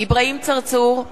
אברהים צרצור,